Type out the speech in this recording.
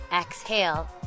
Exhale